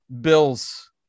Bill's